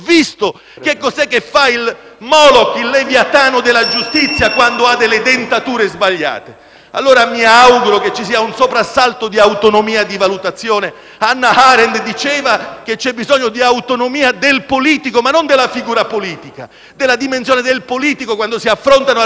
il Moloch, il leviatano della giustizia quando ha delle dentature sbagliate. Allora mi auguro che ci sia un soprassalto di autonomia di valutazione. Hannah Arendt diceva che c'è bisogno di autonomia del politico, ma non della figura politica, bensì della dimensione del politico quando si affrontano argomenti che durano,